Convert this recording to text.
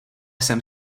jsem